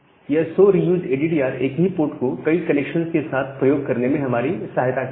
यह so reuse ADTR एक ही पोर्ट को कई कनेक्शंस के साथ प्रयोग करने में हमारी सहायता करेगा